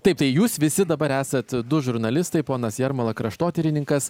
taip tai jūs visi dabar esat du žurnalistai ponas jarmala kraštotyrininkas